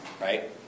right